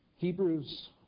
Hebrews